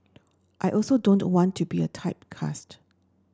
I also don't want to be a typecast